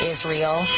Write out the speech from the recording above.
Israel